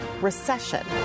recession